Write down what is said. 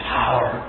power